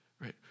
right